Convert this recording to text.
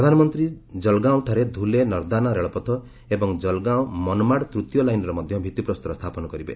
ପ୍ରଧାନମନ୍ତ୍ରୀ ଜଳ୍ଗାଓଁଠାରେ ଧୁଲେ ନର୍ଦାନା ରେଳପଥ ଏବଂ ଜଲଗାଓଁ ମନ୍ମାଡ୍ ତୂତୀୟ ଲାଇନ୍ର ମଧ୍ୟ ଭିଭିପ୍ରସ୍ତର ସ୍ଥାପନ କରିବେ